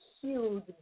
huge